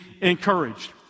encouraged